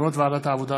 מסקנות ועדת העבודה,